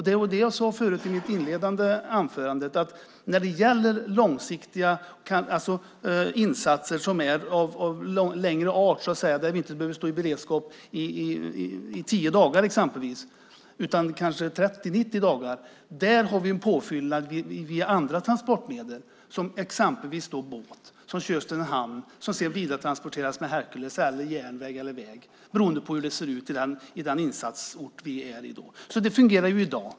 Det var det jag sade i mitt inledande anförande, att när det gäller långsiktiga insatser som är av längre art, där vi inte behöver stå i beredskap i tio dagar utan kanske 30-90 dagar, har vi en påfyllnad via andra transportmedel. Det är exempelvis båt, som kör till en hamn och att vidaretransporten sedan sker med Hercules, på järnväg eller väg beroende på hur det ser ut i den insatsort där vi är. Det fungerar ju i dag.